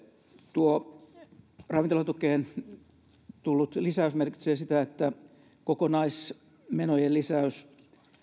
tuo ravintolatukeen tullut lisäys merkitsee sitä että kokonaismenojen lisäys